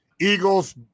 Eagles